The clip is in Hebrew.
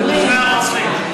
אנחנו שני הרוצחים.